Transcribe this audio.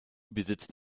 besitzt